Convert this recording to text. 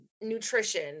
nutrition